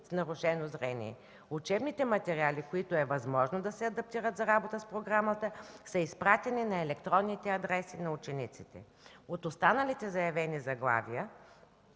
с нарушено зрение. Учебните материали, които е възможно да се адаптират за работа с програмата, са изпратени на електронните адреси на учениците. Останалите заявени заглавия